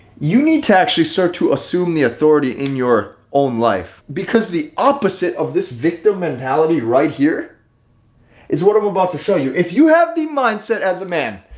you need to actually start to assume the authority in your own life because the opposite of this victim mentality right here is what i'm about to show you. if you have the mindset as a man,